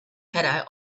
had